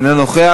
איננו נוכח.